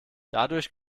dadurch